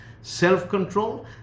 self-control